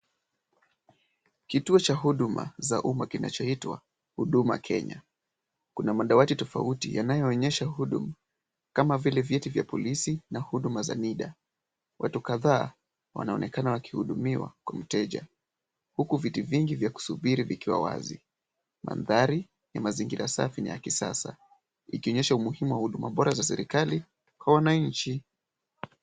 Kituo cha huduma za umma kinachoitwa Huduma Kenya. Kuna madawati tofauti yanayoonyesha huduma, kama vile vyeti vya polisi na huduma za NIDA. Watu kadhaa wanaonekana wakihudumiwa kwa mteja. Huku viti vingi vya kusubiri vikiwa wazi. Mandhari ni ya mazingira safi na ya kisasa. Ikionyesha umuhimu wa huduma bora za serikali kwa wananchi.